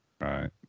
Right